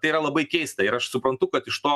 tai yra labai keista ir aš suprantu kad iš to